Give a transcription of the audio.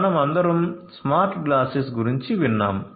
మన మందరం smart glasses గురించి విన్నాము